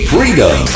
Freedom